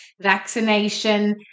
vaccination